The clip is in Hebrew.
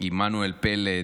עמנואל פלד,